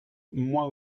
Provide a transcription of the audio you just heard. moi